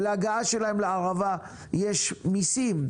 ולהגעה שלהם לערבה יש מיסים,